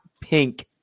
pink